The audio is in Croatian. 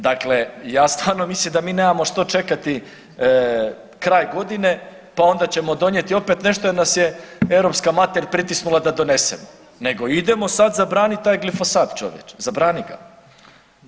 Dakle, ja stvarno mislim da mi nemamo što čekati kraj godine, pa onda ćemo donijeti opet nešto jer nas je europska mater pritisnula da donesemo nego idemo sad zabraniti taj glifosat, čovječe, zabrani ga.